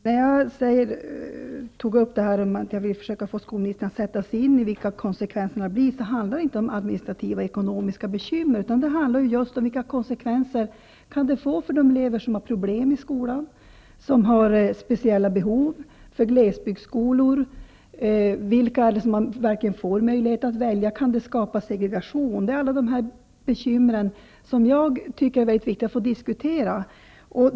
Herr talman! När jag vill att skolministern skall sätta sig in i vilka konsekvenserna blir, handlar det inte om administrativa och ekonomiska bekymmer. Det handlar om vilka konsekvenser det kan få för de elever som har problem i skolan och som har speciella behov. Det handlar om konsekvenserna för glesbygdsskolor; vilka elever det är som verkligen får välja och om det kan skapas segregation. Alla dessa bekymmer tycker jag det är väldigt viktigt att föra en diskussion om.